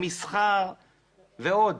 מסחר ועוד.